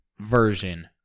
version